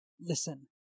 Listen